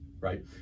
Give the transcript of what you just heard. right